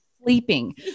sleeping